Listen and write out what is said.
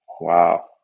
wow